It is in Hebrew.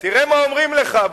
תראה מה אומרים לך,